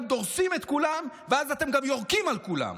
דורסים את כולם ואז אתם גם יורקים על כולם.